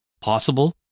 possible